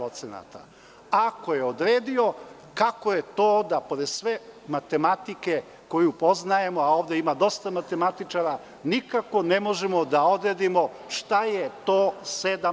Ako je odredio, kako je to, pored sve matematike koju poznajemo, a ovde ima dosta matematičara, nikako ne možemo da odredimo šta je to 7%